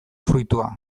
fruitua